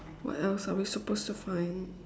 what else are we supposed to find